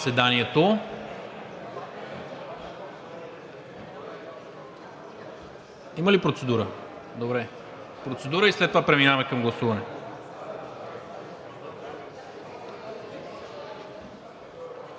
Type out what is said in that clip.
Има ли процедура? Добре. Процедура и след това преминаваме към гласуване.